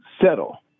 settle